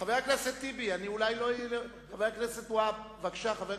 חבר הכנסת והבה, בבקשה.